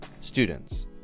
students